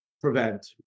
prevent